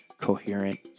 coherent